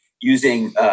using